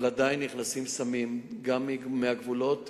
אבל עדיין נכנסים סמים גם מהגבולות,